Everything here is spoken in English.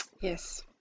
Yes